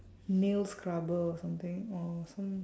nail scrubber or something or some